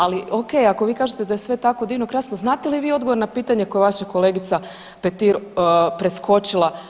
Ali ok, ako vi kažete da je sve tako divno, krasno znate li vi odgovor na pitanje koje je vaša kolegica Petir preskočila.